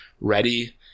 ready